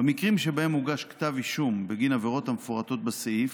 במקרים שבהם הוגש כתב אישום בגין עבירות המפורטות בסעיף,